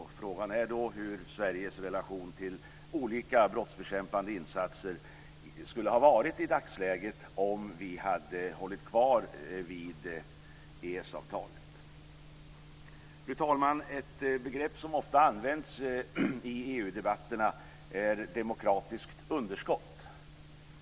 Frågan är då hur Sveriges relation till olika brottsbekämpande insatser skulle ha varit i dagsläget om vi hållit kvar vid EES-avtalet. Fru talman! Ett begrepp som ofta används i EU debatterna är demokratiskt underskott.